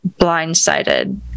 blindsided